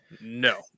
No